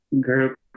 group